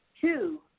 two